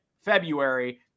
February